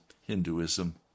Hinduism